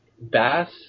Bass